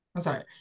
sorry